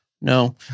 no